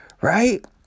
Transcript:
right